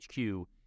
HQ